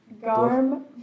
Garm